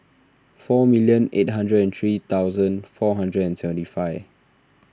four million eight hundred and three thousand four hundred and seventy five